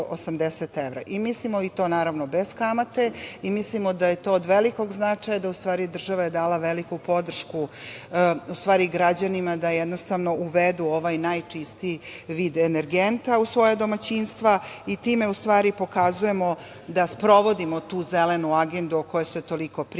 780 evra i to bez kamate. Mislim da je to od velikog značaj, da je država dala veliku podršku građanima da jednostavno uvedu ovaj najčistiji vid energenta u svoja domaćinstva i time, u stvari, pokazujemo da sprovodimo tu „Zelenu agendu“ o kojoj se toliko priča,